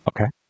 Okay